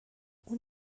اون